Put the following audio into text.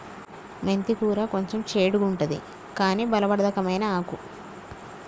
మెంతి కూర కొంచెం చెడుగుంటది కని బలవర్ధకమైన ఆకు